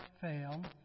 fail